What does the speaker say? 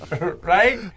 Right